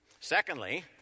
Secondly